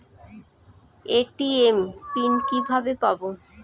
ATM PIN কিভাবে পাবো?